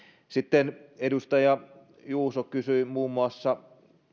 sitten edustaja juuso kysyi edelleen muun muassa